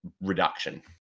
reduction